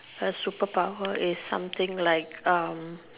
a super power is something like um